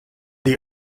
the